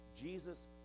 Jesus